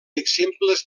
exemples